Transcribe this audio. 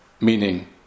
Meaning